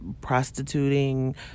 prostituting